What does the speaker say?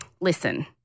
listen